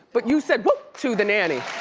but you said woo to the nanny,